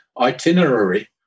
itinerary